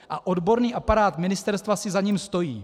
A odborný aparát ministerstva si za ním stojí.